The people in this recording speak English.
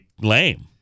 lame